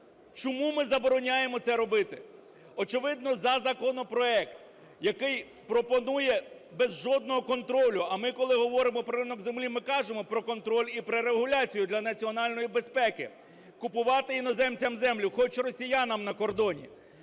Чому ми забороняємо це робити? Очевидно, за законопроект, який пропонує без жодного контролю, а ми, коли говоримо про ринок землі, ми кажемо про контроль і про регуляцію для національної безпеки, купувати іноземцям землю, хоч росіянам на кордоні.